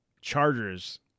Chargers